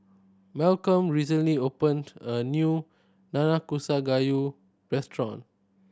Malcom recently opened a new Nanakusa Gayu restaurant